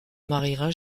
mariera